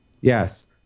Yes